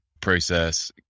process